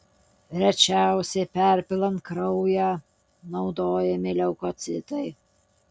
rečiausiai perpilant kraują naudojami leukocitai